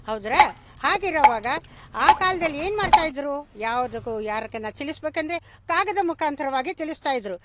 ಹೌದ್ರಾ ಹಾಗಿರವಾಗ ಆ ಕಾಲದಲ್ಲೇನು ಮಾಡ್ತಾಯಿದ್ರು ಯಾವುದಕ್ಕು ಯಾರಕ್ಕನ ತಿಳಿಸಬೇಕೆಂದ್ರೆ ಕಾಗದ ಮುಖಾಂತ್ರವಾಗಿ ತಿಳಿಸ್ತಾಯಿದ್ರು